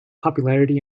popularity